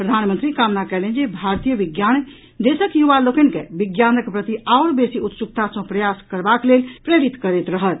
प्रधानमंत्री कामना कयलनि जे भारतीय विज्ञान देशक युवा लोकनि के विज्ञानक प्रति आओर बेसी उत्सुकता सॅ प्रयास करबाक लेल प्रेरित करैत रहत